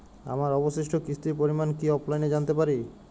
আমার অবশিষ্ট কিস্তির পরিমাণ কি অফলাইনে জানতে পারি?